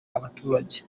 abaturage